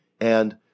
And-